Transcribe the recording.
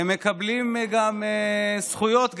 הם מקבלים גם זכויות,